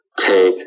take